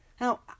Now